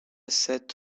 sat